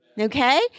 Okay